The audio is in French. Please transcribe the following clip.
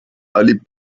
allez